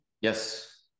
Yes